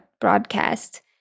broadcast